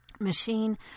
machine